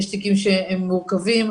יש תיקים שהם מורכבים.